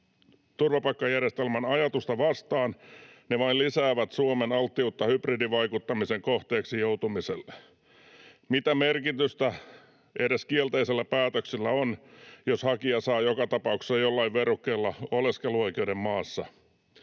turvapaikkajärjestelmän ajatusta vastaan, ne vain lisäävät Suomen alttiutta hybridivaikuttamisen kohteeksi joutumiselle. Mitä merkitystä kielteisellä päätöksellä edes on, jos hakija saa joka tapauksessa jollain verukkeella oleskeluoikeuden maassa?